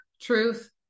truth